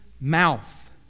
mouth